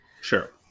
Sure